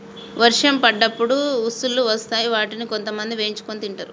వర్షం పడ్డప్పుడు ఉసుల్లు వస్తాయ్ వాటిని కొంతమంది వేయించుకొని తింటరు